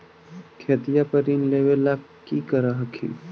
खेतिया पर ऋण लेबे ला की कर हखिन?